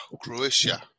Croatia